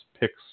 picks